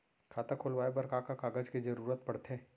खाता खोलवाये बर का का कागज के जरूरत पड़थे?